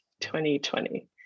2020